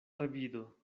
revido